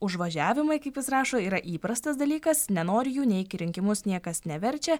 užvažiavimai kaip jis rašo yra įprastas dalykas nenori jų neik į rinkimus niekas neverčia